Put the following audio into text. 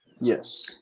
Yes